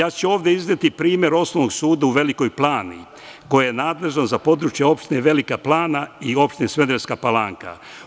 Ovde ću ja izneti primer Osnovnog suda u Velikoj Plani koji je nadležan za područje opštine Velike Plana i opštine Smederevska Palanka.